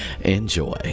Enjoy